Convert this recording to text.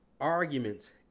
arguments